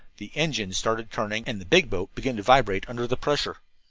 the engines started turning, and the big boat began to vibrate under the pressure.